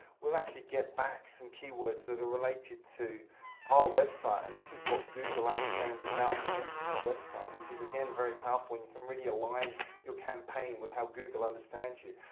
we'll actually get back some keywords that are related to our website. and this is what google understands about the metigy website, which is again very powerful when you can really align your campaign with how google understands you.